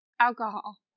Alcohol